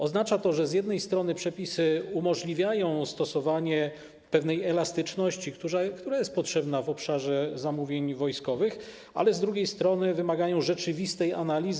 Oznacza to, że z jednej strony przepisy umożliwiają stosowanie pewnej elastyczności, która jest potrzebna w obszarze zamówień wojskowych, ale z drugiej strony wymagają rzeczywistej analizy.